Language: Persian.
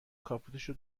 کاپوتشو